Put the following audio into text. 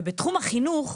ובתחום החינוך,